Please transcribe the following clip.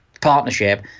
partnership